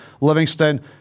Livingston